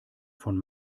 von